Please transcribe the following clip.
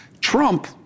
Trump